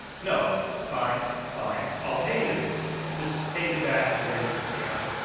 no, it's fine. it's fine. i will pay you just take me back to where you picked me up.